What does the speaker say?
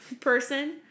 Person